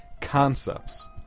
concepts